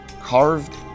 carved